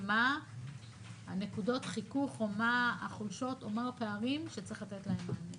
ומה נקודות החיכוך או מה החולשות או מה הפערים שצריך לתת להם מענה.